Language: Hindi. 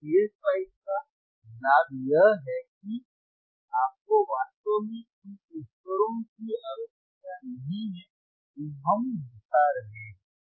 तो PSpice का लाभ यह है कि आपको वास्तव में उन उपकरणों की आवश्यकता नहीं है जो हम दिखा रहे हैं